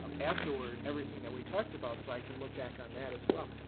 um afterward, everything that we talked about, so i could look back on that, as well.